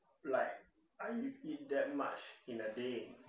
like I eat that much in a day